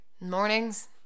Mornings